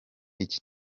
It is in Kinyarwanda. iki